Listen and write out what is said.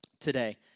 today